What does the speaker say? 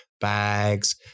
bags